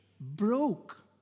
broke